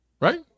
Right